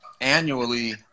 annually